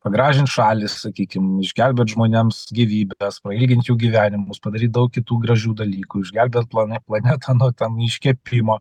pagražint šalį sakykim išgelbėt žmonėms gyvybes prailgint jų gyvenimus padaryt daug kitų gražių dalykų išgelbėt plane planetą nuo ten iškepimo